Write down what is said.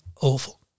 awful